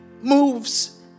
moves